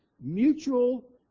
mutual